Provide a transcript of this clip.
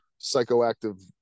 psychoactive